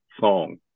song